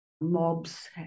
mobs